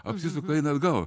apsisuka eina atgal